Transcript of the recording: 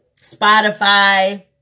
Spotify